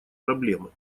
проблемы